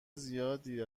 زیادی